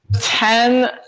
ten